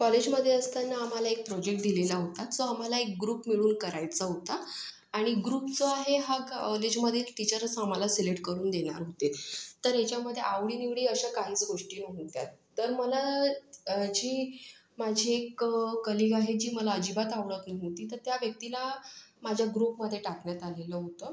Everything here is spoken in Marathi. कॉलेजमधे असताना आम्हाला एक प्रोजेक्ट दिलेला होता जो आम्हाला एक ग्रुप मिळून करायचा होता आणि ग्रुप जो आहे हा कॉलेजमधे टीचरस आम्हाला सिलेट करून देणार होते तर याच्यामधे आवडी निवडी अशा काहीच गोष्टी नव्हत्या तर मला जी माझी एक कलिग आहे जी मला अजिबात आवडत नव्हती तर त्या व्यक्तीला माझ्या ग्रुपमध्ये टाकण्यात आलेलं होतं